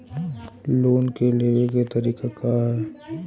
Loan के लेवे क तरीका का ह?